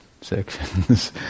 sections